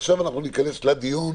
עכשיו ניכנס לדיון,